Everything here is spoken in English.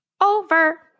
over